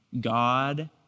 God